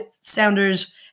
Sounders